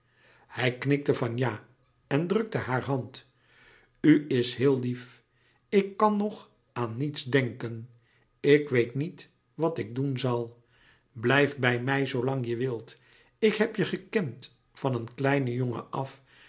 hij knikte van ja en drukte haar hand u is heel lief ik kan nog aan niets denken ik weet niet wat ik doen zal blijf bij mij zoolang je wilt ik heb je gekend van een kleinen jongen af